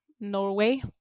Norway